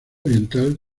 oriental